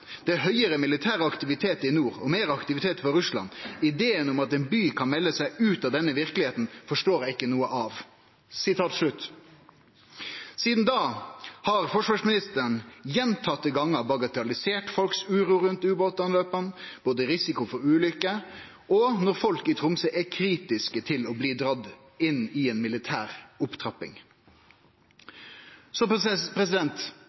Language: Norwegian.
Det er høyere militær aktivitet i nord, og mer aktivitet fra Russland. Ideen om at en by kan melde seg ut av denne virkeligheten forstår jeg ikke noe av.» Sidan da har forsvarsministeren gjentatte gonger bagatellisert folks uro rundt ubåtanløpa, både risikoen for ulykke og at folk i Tromsø er kritiske til å bli dregne inn i ei militær opptrapping.